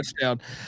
touchdown